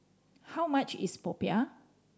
how much is popiah